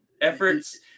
efforts